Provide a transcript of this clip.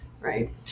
right